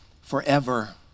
forever